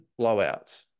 blowouts